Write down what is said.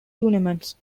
tournaments